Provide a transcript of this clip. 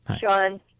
Sean